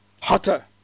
hotter